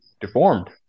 deformed